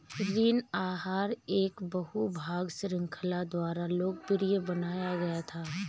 ऋण आहार एक बहु भाग श्रृंखला द्वारा लोकप्रिय बनाया गया था